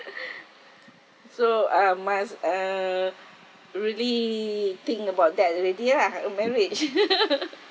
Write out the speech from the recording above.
so um must uh really think about that already lah a marriage